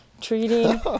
treating